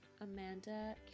Amanda